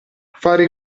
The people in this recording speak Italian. fare